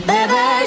Baby